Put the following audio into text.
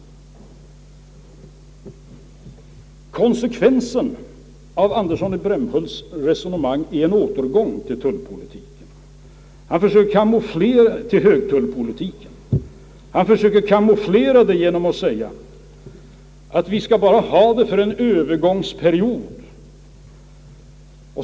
Konsekvensen av herr Anderssons i Brämhult resonemang är en återgång till högtullpolitiken. Han försöker kamouflera det genom att säga, att vi skall bara ha den under en övergångsperiod.